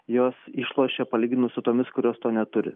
jos išlošia palyginus su tomis kurios to neturi